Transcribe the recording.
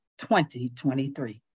2023